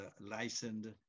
licensed